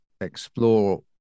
explore